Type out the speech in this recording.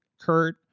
Kurt